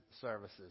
services